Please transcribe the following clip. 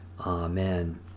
Amen